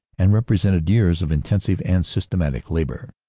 and represented years of intensive and systematic labor.